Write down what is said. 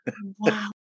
Wow